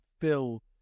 fill